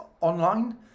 online